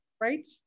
Right